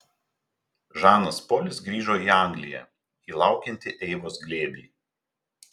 žanas polis grįžo į angliją į laukiantį eivos glėbį